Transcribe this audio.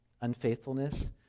unfaithfulness